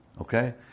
Okay